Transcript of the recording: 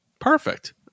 Perfect